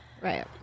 Right